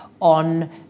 on